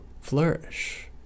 flourish